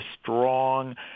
strong